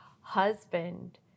husband